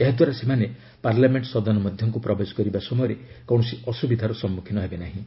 ଏହାଦ୍ୱାରା ସେମାନେ ପାର୍ଲାମେଙ୍କ ସଦନ ମଧ୍ୟକୁ ପ୍ରବେଶ କରିବା ସମୟରେ କୌଣସି ଅସୁବିଧାର ସମ୍ମୁଖୀନ ହେବେ ନାହିଁ